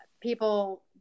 people